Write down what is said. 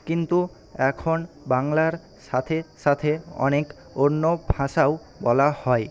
কিন্তু এখন বাংলার সাথে সাথে অনেক অন্য ভাষাও বলা হয়